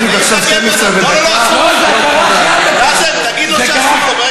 בדיוק עכשיו 00:01. נאזם, תגיד לו שאסור לו.